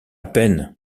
peine